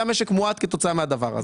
והמשק מואט כתוצאה מהדבר הזה.